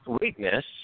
weakness